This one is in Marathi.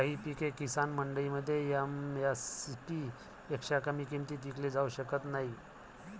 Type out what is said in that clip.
काही पिके किसान मंडईमध्ये एम.एस.पी पेक्षा कमी किमतीत विकली जाऊ शकत नाहीत